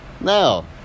No